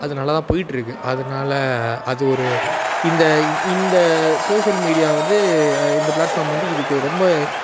அது நல்லா தான் போயிட்டுருக்கு அதனால அது ஒரு இந்த இந்த சோஷியல் மீடியா வந்து இந்த ப்ளாட்ஃபார்ம் வந்து இதுக்கு ரொம்ப